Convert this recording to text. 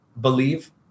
believe